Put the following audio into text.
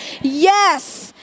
Yes